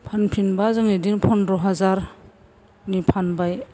फानफिनबा जों बिदिनो पन्द्र' हाजारनि फानबाय